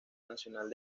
nacional